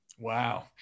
Wow